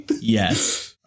yes